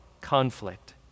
conflict